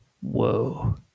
Whoa